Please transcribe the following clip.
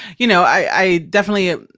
you know, i definitely,